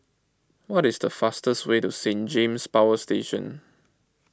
what is the fastest way to Saint James Power Station